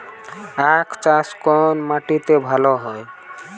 আখ চাষ কোন মাটিতে ভালো হয়?